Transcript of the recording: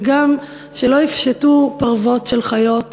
וגם שלא יפשטו פרוות של חיות